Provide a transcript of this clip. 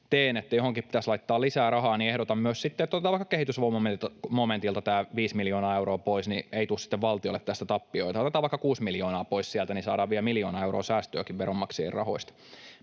että johonkin pitäisi laittaa lisää rahaa, niin ehdotan myös sitten, että otetaan vaikka kehitysapumomentilta tämä 5 miljoonaa euroa pois, niin ei tule valtiolle tästä tappioita. Otetaan vaikka 6 miljoonaa pois sieltä, niin saadaan vielä miljoona euroa säästöäkin veronmaksajien rahoista.